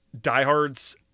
diehards